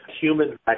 human